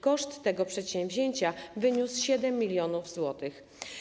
Koszt tego przedsięwzięcia wyniósł 7 mln zł.